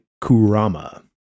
Kurama